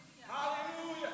Hallelujah